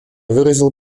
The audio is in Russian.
выразил